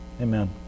Amen